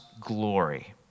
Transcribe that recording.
glory